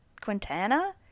Quintana